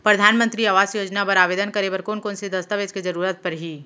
परधानमंतरी आवास योजना बर आवेदन करे बर कोन कोन से दस्तावेज के जरूरत परही?